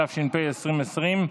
התשפ"א 2020,